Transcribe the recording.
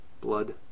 blood